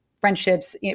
friendships